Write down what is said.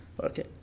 Okay